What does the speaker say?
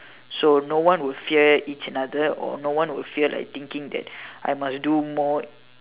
so no would fear each another or no one would fear like thinking that I must do more